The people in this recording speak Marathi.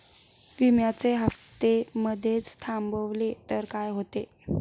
विम्याचे हफ्ते मधेच थांबवले तर काय होते?